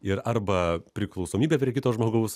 ir arba priklausomybė prie kito žmogaus